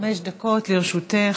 חמש דקות לרשותך.